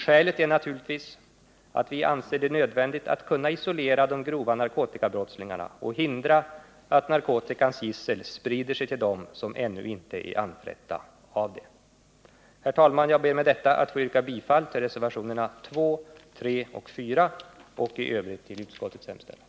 Skälet är naturligtvis att vi anser det nödvändigt att man kan isolera dem som begått grova narkotikabrott och hindra att narkotikans gissel sprider sig till dem som ännu inte drabbats av det. Herr talman! Jag ber att med detta få yrka bifall till reservationerna 2, 3 och 4 och i övrigt till utskottets hemställan.